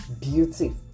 beauty